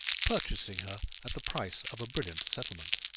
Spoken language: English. purchasing her at the price of a brilliant settlement.